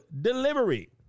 delivery